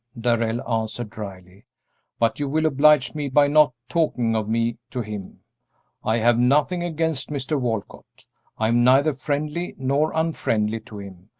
darrell answered, dryly but you will oblige me by not talking of me to him i have nothing against mr. walcott i am neither friendly nor unfriendly to him,